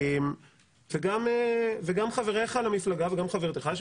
גם חבריך למפלגה וגם חברתך למפלגה,